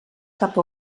cap